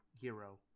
hero